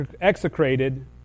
Execrated